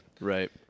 Right